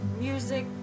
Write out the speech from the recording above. music